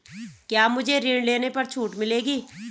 क्या मुझे ऋण लेने पर छूट मिलेगी?